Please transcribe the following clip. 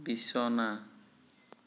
বিছনা